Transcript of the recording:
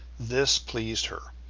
this pleased her,